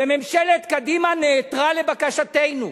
וממשלת קדימה נעתרה לבקשתנו,